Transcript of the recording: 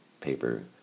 paper